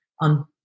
on